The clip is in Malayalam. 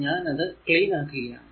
ഞാൻ അത് ക്ലീൻ ആക്കുകയാണ്